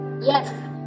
Yes